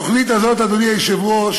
התוכנית הזאת, אדוני היושב-ראש,